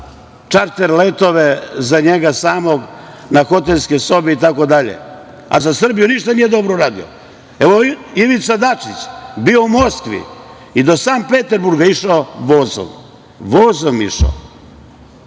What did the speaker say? čarter letove za njega samog, na hotelske sobe itd, a da za Srbiju ništa nije dobro uradio. Evo, Ivica Dačić je bio u Moskvi i do Sankt Peterburga išao vozom, vozom išao,